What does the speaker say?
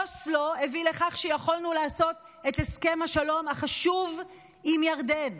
אוסלו הביא לכך שיכולנו לעשות את הסכם השלום החשוב עם ירדן,